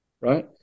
right